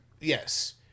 Yes